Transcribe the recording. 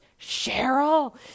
Cheryl